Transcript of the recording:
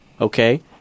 Okay